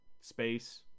space